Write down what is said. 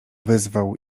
wyzwał